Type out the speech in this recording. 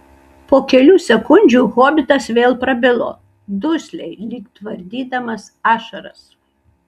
po kelių sekundžių hobitas vėl prabilo dusliai lyg tvardydamas ašaras